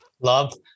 Love